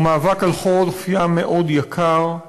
הוא מאבק על חוף ים מאוד יקר,